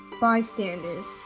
bystanders